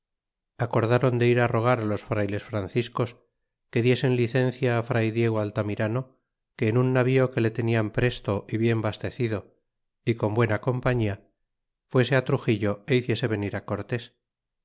acordron de ir rogar los frayles franciscos que diesen licencia fray diego altamirano que en un navío que le tenían presto y bien bastecido y con buena compañía fuese truxillo é hiciese venir cortés